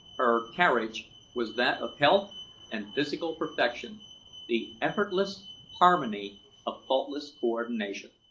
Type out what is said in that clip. her carriage was that of health and physical perfection the effortless harmony of faultless coordination.